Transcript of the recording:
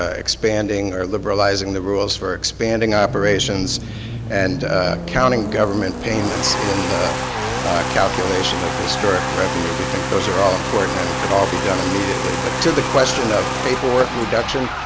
ah expanding or liberalizing the rules for expanding operations and counting government payments in the calculation of historic revenue. we think those are all important and can be done immediately. but to the question of paperwork reduction,